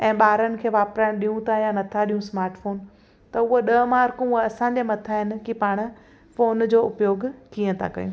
ऐं ॿारनि खे वापराइणु ॾियूं था या नथा ॾियूं स्माटफोन त उहे ॾह मार्कूं असांजे मथा आहिनि की पाण फोन जो उपयोग कीअं था कयूं